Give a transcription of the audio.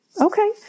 Okay